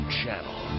channel